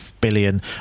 billion